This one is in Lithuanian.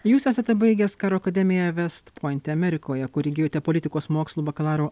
jūs esate baigęs karo akademiją vest pointe amerikoje kur įgijote politikos mokslų bakalauro